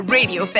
Radio